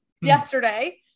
yesterday